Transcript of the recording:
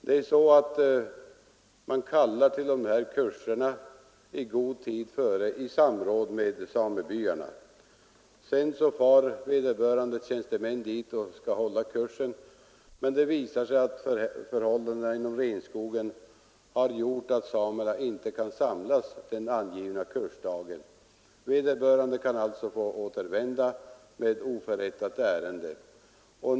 Man kallar i god tid till kurserna i samråd med samebyarna. Vederbörande tjänstemän far sedan dit för att hålla kursen, men det visar sig då att förhållandena inom renbetesmarkerna gjort att samerna inte kan samlas den angivna kursdagen. Vederbörande kan alltså få återvända med oförrättat ärende.